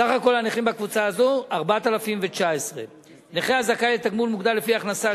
סך כל הנכים בקבוצה הזו הוא 4,019. נכה הזכאי לתגמול מוגדל לפי הכנסה,